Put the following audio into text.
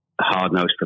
hard-nosed